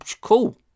cool